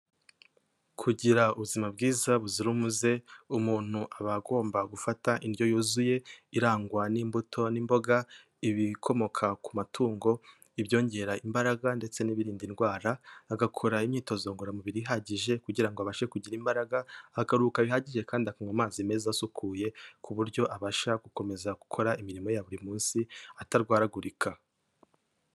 Kugira ubuzima bwiza buzira umuze umuntu aba agomba gufata indyo yuzuye, irangwa n'imbuto n'imboga, ibikomoka ku matungo, ibyongera imbaraga, ndetse n'ibirinda indwara, agakora imyitozo ngororamubiri ihagije kugira ngo abashe kugira imbaraga, akaruruka bihagije kandi akanywa amazi meza asukuye, ku buryo abasha gukomeza gukora imirimo ya buri munsi atarwaragurika.